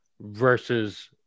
versus